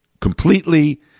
completely